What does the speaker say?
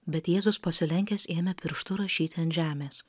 bet jėzus pasilenkęs ėmė pirštu rašyti ant žemės